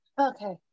Okay